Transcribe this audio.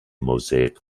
mosaic